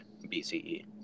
BCE